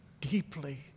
deeply